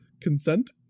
Consent